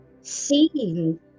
seen